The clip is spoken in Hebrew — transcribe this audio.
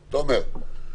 הזה.